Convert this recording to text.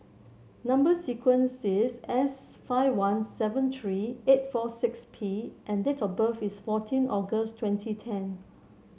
number sequence is S five one seven three eight four six P and date of birth is fourteen August twenty ten